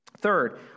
Third